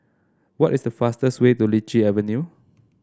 what is the fastest way to Lichi Avenue